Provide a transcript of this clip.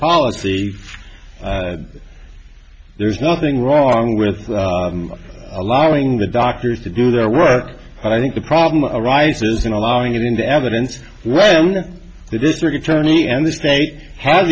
policy there's nothing wrong with allowing the doctors to do their work but i think the problem arises in allowing it into evidence when the district attorney and the state have